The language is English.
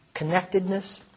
connectedness